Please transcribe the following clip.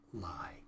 lie